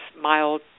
mild